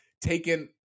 taken